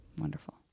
Wonderful